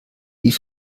wie